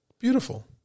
Beautiful